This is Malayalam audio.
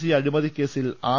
സി അഴിമതിക്കേസിൽ ആർ